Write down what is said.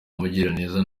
mugiraneza